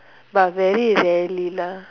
but very rarely lah